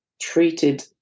treated